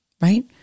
right